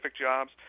jobs